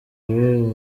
ubu